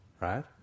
right